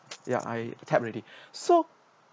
ya I tap already so